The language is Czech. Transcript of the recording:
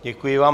Děkuji vám.